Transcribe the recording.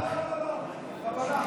41 בעד,